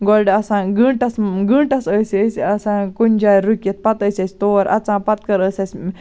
گۄڈٕ آسان گٲنٹَس گٲنٹَس ٲسۍ أسۍ آسان کُنہِ جایہِ رُکِتھ پَتہٕ ٲسۍ أسۍ تور اَژَان پَتہٕ کر ٲسۍ أسۍ